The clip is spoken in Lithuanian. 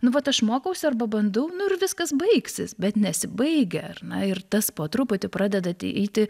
nu vat aš mokausi arba bandau nu ir viskas baigsis bet nesibaigia ar ne ir tas po truputį pradeda ateiti